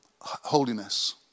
Holiness